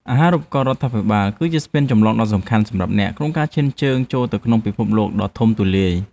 អាហារូបករណ៍រដ្ឋាភិបាលគឺជាស្ពានចម្លងដ៏សំខាន់សម្រាប់អ្នកក្នុងការឈានជើងចូលទៅក្នុងពិភពលោកដ៏ធំទូលាយ។